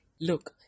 look